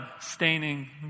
staining